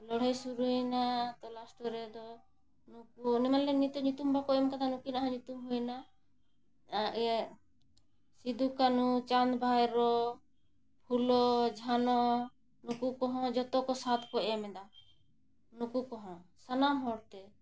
ᱞᱟᱹᱲᱦᱟᱹᱭ ᱥᱩᱨᱩᱭᱱᱟ ᱛᱳ ᱞᱟᱥᱴ ᱨᱮᱫᱚ ᱱᱩᱠᱩ ᱩᱱᱤ ᱢᱟ ᱱᱤᱛᱳᱜ ᱧᱩᱛᱩᱢ ᱵᱟᱠᱚ ᱮᱢ ᱟᱠᱟᱫᱟ ᱱᱩᱠᱤᱱᱟᱜ ᱦᱚᱸ ᱧᱩᱛᱩᱢ ᱦᱩᱭᱮᱱᱟ ᱤᱭᱟᱹ ᱥᱤᱫᱩ ᱠᱟᱱᱩ ᱪᱟᱸᱫ ᱵᱷᱟᱭᱨᱚ ᱯᱷᱩᱞᱚ ᱡᱷᱟᱱᱚ ᱱᱩᱠᱩ ᱠᱚᱦᱚᱸ ᱡᱚᱛᱚ ᱠᱚ ᱥᱟᱛᱷ ᱠᱚ ᱮᱢ ᱮᱫᱟ ᱱᱩᱠᱩ ᱠᱚᱦᱚᱸ ᱥᱟᱱᱟᱢ ᱦᱚᱲ ᱛᱮ